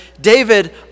David